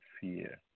Fear